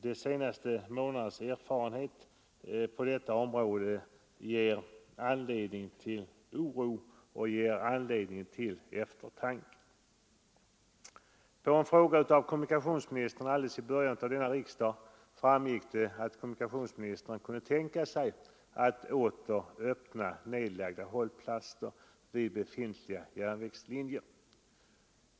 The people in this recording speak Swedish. De senaste månadernas erfarenhet på detta område ger anledning till oro och eftertanke. Av svaret på en fråga som jag ställde till kommunikationsministern alldeles i början av denna riksdag framgick att han kunde tänka sig att åter öppna nedlagda hållplatser vid befintliga järnvägslinjer.